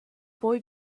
boy